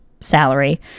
salary